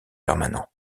permanent